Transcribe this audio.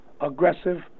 aggressive